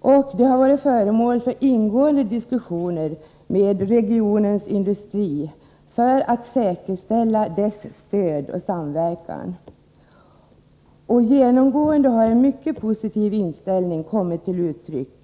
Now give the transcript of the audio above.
och det har varit föremål för ingående diskussioner med regionens industrier för att säkerställa stöd och samverkan. Genomgående har en mycket positiv inställning kommit till uttryck.